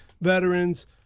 veterans